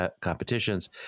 competitions